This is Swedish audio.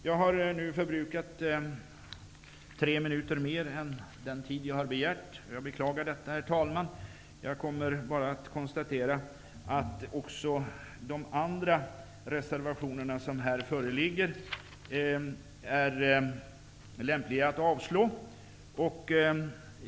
Jag har nu förbrukat tre minuter mer än den tid som jag har begärt, och jag beklagar det, herr talman. Jag kommer bara att konstatera att också övriga reservationer som föreligger är lämpliga att avslå.